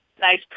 nice